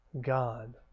God